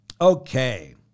Okay